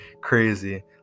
crazy